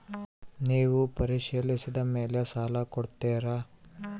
ನೇವು ಪರಿಶೇಲಿಸಿದ ಮೇಲೆ ಸಾಲ ಕೊಡ್ತೇರಾ?